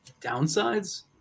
downsides